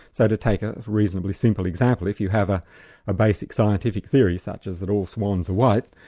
so to take a reasonably simple example, if you have ah a basic scientific theory such as that all swans are white,